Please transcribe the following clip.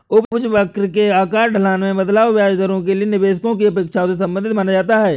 उपज वक्र के आकार, ढलान में बदलाव, ब्याज दरों के लिए निवेशकों की अपेक्षाओं से संबंधित माना जाता है